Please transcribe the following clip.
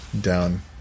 down